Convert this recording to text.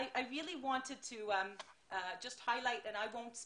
זה לא קשור רק למדינה היהודית ולא רק